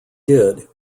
did